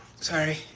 Sorry